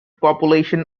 population